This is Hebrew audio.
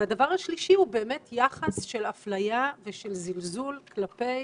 והדבר השלישי הוא באמת יחס של אפליה ושל זלזול כלפי